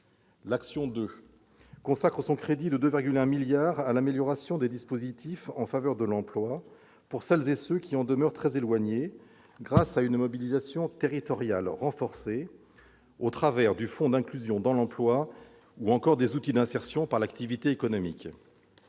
L'action n° 02 consacre son crédit de 2,1 milliards d'euros à l'amélioration des dispositifs en faveur de l'emploi pour celles et ceux qui en demeurent très éloignés, grâce à une mobilisation territoriale renforcée au travers du fond d'inclusion dans l'emploi ou des outils d'insertion par l'activité économique.